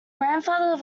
grandfather